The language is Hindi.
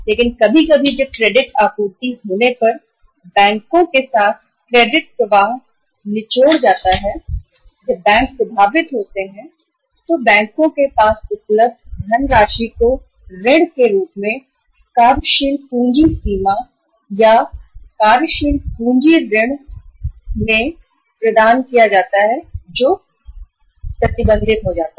लेकिन कभी कभी जब क्रेडिट आपूर्ति होने पर बैंकों के साथ क्रेडिट प्रवाह निचोड़ जाता है जब बैंक प्रभावित होते हैं तो बैंकों के पास उपलब्ध धनराशि को ऋण के रूप में या प्रदान किया जाता है कार्यशील पूंजी सीमा या कार्यशील पूंजी ऋण लोगों को प्रतिबंधित हो जाता है